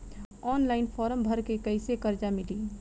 Online form भर के कैसे कर्जा मिली?